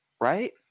right